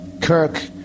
Kirk